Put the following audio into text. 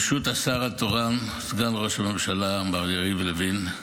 ברשות השר התורן, סגן ראש הממשלה מר יריב לוין,